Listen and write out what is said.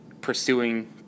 pursuing